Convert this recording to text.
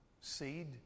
seed